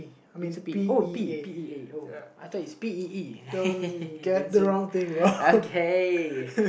it's a pea oh pea oh P E A oh I thought it's P E E the same okay